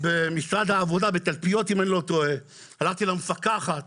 במשרד העבודה, הלכתי למפקחת